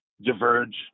diverge